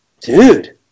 dude